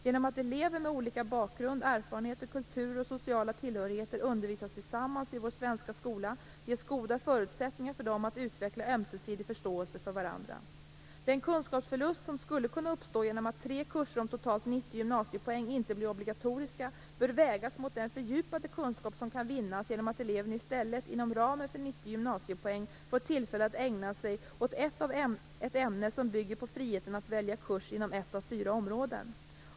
Genom att elever med olika bakgrund, erfarenheter, kulturer och sociala tillhörigheter undervisas tillsammans i vår svenska skola ges goda förutsättningar för dem att utveckla ömsesidig förståelse för varandra. Den kunskapsförlust som skulle kunna uppstå genom att tre kurser om totalt 90 gymnasiepoäng inte blir obligatoriska, bör vägas mot den fördjupade kunskap som kan vinnas genom att eleven i stället, inom ramen för 90 gymnasiepoäng, får tillfälle att ägna sig åt ett ämne som bygger på frihet att välja kurs inom ett av fyra områden.